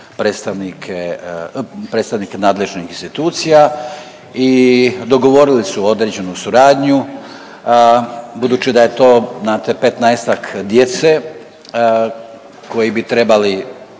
predstavnike nadležnih institucija i dogovorili su određenu suradnju budući da je to znate petnaestak djece koji bi trebali